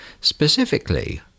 Specifically